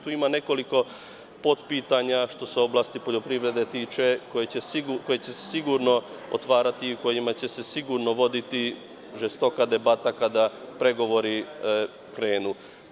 Tu ima nekoliko potpitanja što se oblasti poljoprivrede tiče koje će se sigurno otvarati, o kojima će se sigurno voditi žestoka debata kada pregovori krenu.